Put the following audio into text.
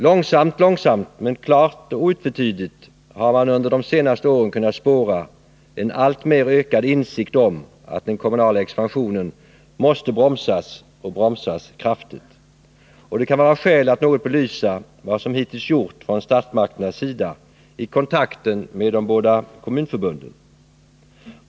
Långsamt, långsamt men klart och otvetydigt har man under de senaste åren kunnat spåra en alltmer ökad insikt om att den kommunala expansionen måste bromsas och bromsas kraftigt, och det kan vara skäl att något belysa vad som hittills gjorts från statsmakternas sida i kontakten med de båda kommunförbunden.